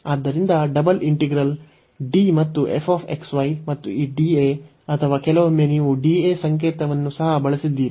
ಆದ್ದರಿಂದ double integral D ಮತ್ತು f x y ಮತ್ತು ಈ dA ಅಥವಾ ಕೆಲವೊಮ್ಮೆ ನೀವು dA ಸಂಕೇತವನ್ನು ಸಹ ಬಳಸಿದ್ದೀರಿ